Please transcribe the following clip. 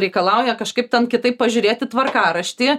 reikalauja kažkaip ten kitaip pažiūrėti tvarkaraštį